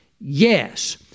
Yes